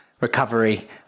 recovery